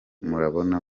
murabona